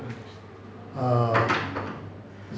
err